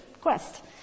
Quest